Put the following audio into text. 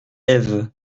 ève